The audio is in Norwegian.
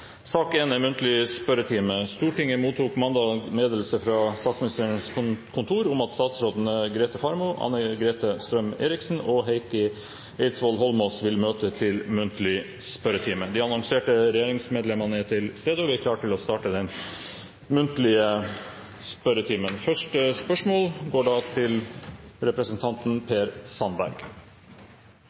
Stortinget mottok mandag meddelelse fra Statsministerens kontor om at statsrådene Grete Faremo, Anne-Grete Strøm-Erichsen og Heikki Eidsvoll Holmås vil møte til muntlig spørretime. De annonserte regjeringsmedlemmene er til stede, og vi er klare til å starte den muntlige spørretimen. Vi starter med første hovedspørsmål, fra representanten Per Sandberg.